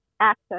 access